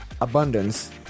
Abundance